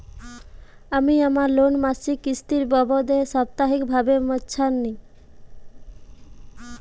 আমি আমার লোন মাসিক কিস্তির বদলে সাপ্তাহিক ভাবে মেটাচ্ছি